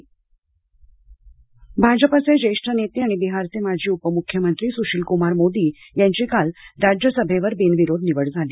सशीलकमार मोदी भाजपचे ज्येष्ठ नेते आणि बिहारचे माजी उपमुख्यमंत्री सुशीलकुमार मोदी यांची काल राज्यसभेवर बिनविरोध निवड झाली